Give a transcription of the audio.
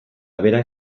berak